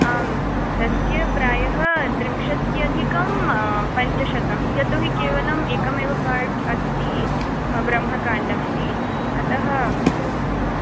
आं तस्य प्रायः त्रिंशत्यधिकं पञ्चशतं यतो हि केवलम् एकमेव पार्ट् अस्ति ब्रह्मकाण्डमिति अतः